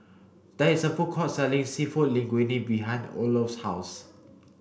there is a food court selling Seafood Linguine behind Olof's house